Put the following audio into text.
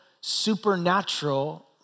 supernatural